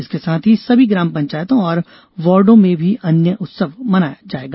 इसके साथ ही सभी ग्राम पंचायतों और वार्डो में भी अन्न उत्सव मनाया जाएगा